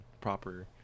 proper